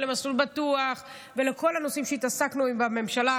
ולמסלול בטוח ולכל הנושאים שהתעסקנו בהם בממשלה